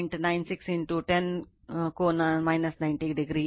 96 10 ಕೋನ 90 ಡಿಗ್ರಿ